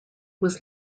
was